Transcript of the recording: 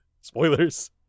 Spoilers